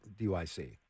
DYC